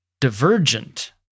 divergent